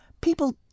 people